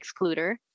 excluder